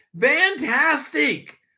fantastic